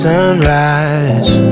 Sunrise